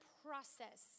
process